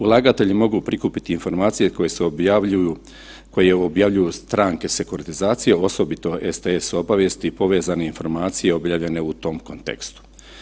Ulagatelji mogu prikupiti informacije koje se objavljuju, koje objavljuju stranke sekturatizacije osobito STS obavijesti i povezane informacije objavljene u tom kontekstu.